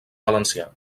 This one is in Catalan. valencià